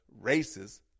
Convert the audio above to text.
races